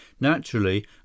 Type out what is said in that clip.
Naturally